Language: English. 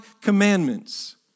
commandments